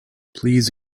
please